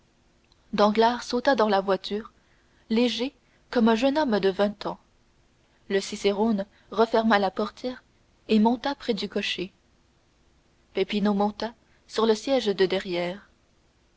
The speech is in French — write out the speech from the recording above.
danglars sauta dans la voiture léger comme un jeune homme de vingt ans le cicérone referma la portière et monta près du cocher peppino monta sur le siège de derrière